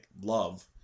love